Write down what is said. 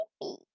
baby